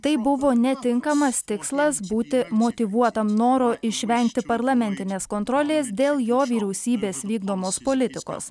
tai buvo netinkamas tikslas būti motyvuotam noro išvengti parlamentinės kontrolės dėl jo vyriausybės vykdomos politikos